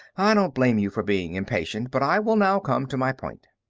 i don't blame you for being impatient, but i will now come to my point.